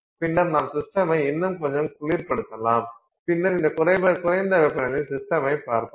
பின்னர் நாம் சிஸ்டமை இன்னும் கொஞ்சம் குளிர்ப்படுத்தலாம் பின்னர் இந்த குறைந்த வெப்பநிலையில் சிஸ்டமை பார்ப்போம்